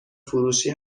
فروشی